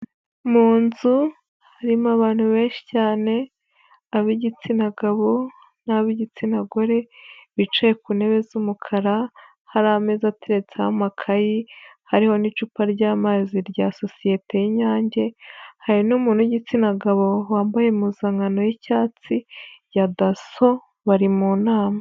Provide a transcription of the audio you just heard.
Mu nzu harimo abantu benshi cyane ab'igitsina gabo n'ab'igitsina gore bicaye ku ntebe z'umukara, hari ameza ateretse amakayi, hariho n'icupa ry'amazi rya sosiyete y'Inyange, hari n'umuntu w'igitsina gabo wambaye impuzankano y'icyatsi ya Dasso, bari mu nama.